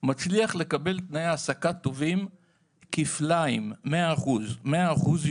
מצליח לקבל תנאי העסקה טובים כפליים - 100 אחוז יותר